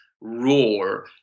roar